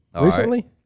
Recently